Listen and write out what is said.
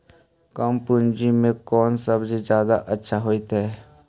कम पूंजी में कौन सब्ज़ी जादा अच्छा होतई?